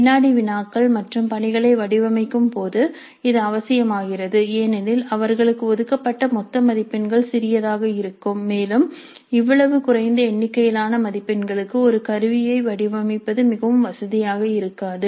வினாடி வினாக்கள் மற்றும் பணிகளை வடிவமைக்கும்போது இது அவசியமாகிறது ஏனெனில் அவர்களுக்கு ஒதுக்கப்பட்ட மொத்த மதிப்பெண்கள் சிறியதாக இருக்கும் மேலும் இவ்வளவு குறைந்த எண்ணிக்கையிலான மதிப்பெண்களுக்கு ஒரு கருவியை வடிவமைப்பது மிகவும் வசதியாக இருக்காது